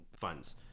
funds